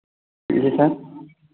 जी sir